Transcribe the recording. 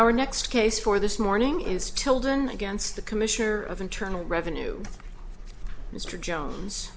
our next case for this morning is tilden against the commissioner of internal revenue mr jones